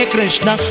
Krishna